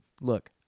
look